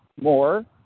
more